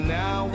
now